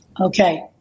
Okay